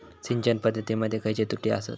सिंचन पद्धती मध्ये खयचे त्रुटी आसत?